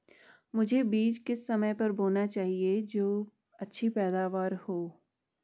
मुझे बीज किस समय पर बोना चाहिए जो अच्छी पैदावार हो?